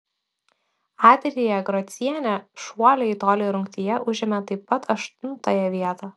adrija grocienė šuolio į tolį rungtyje užėmė taip pat aštuntąją vietą